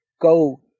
go